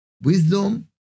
Wisdom